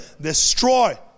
destroy